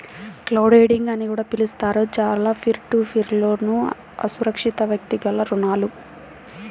crowdlending అని కూడా పిలుస్తారు, చాలా పీర్ టు పీర్ లోన్లుఅసురక్షితవ్యక్తిగత రుణాలు